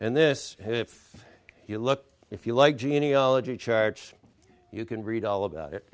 and this has if you look if you like genealogy charge you can read all about it